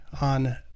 on